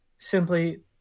simply